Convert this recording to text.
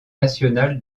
national